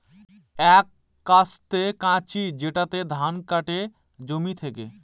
এক কাস্তে কাঁচি যেটাতে ধান কাটে জমি থেকে